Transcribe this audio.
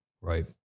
Right